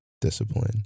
discipline